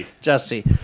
Jesse